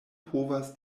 povas